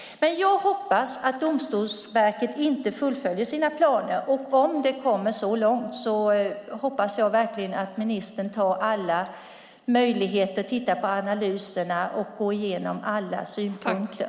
Jag hoppas att Domstolsverket inte fullföljer sina planer, och om det kommer så långt hoppas jag verkligen att ministern tar alla möjligheter, tittar på analyserna och går igenom alla synpunkter.